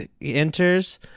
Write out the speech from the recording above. enters